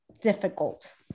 difficult